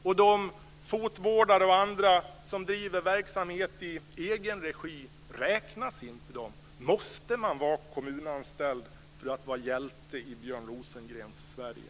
Och de fotvårdare och andra som driver verksamhet i egen regi - räknas inte de? Måste man vara kommunanställd för att vara hjälte i Björn Rosengrens Sverige?